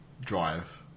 drive